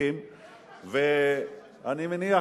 אני מניח,